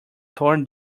tore